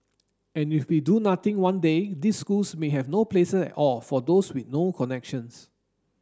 and if we do nothing one day these schools may have no places at all for those with no connections